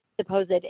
supposed